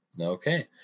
Okay